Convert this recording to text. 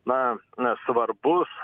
na na svarbus